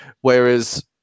whereas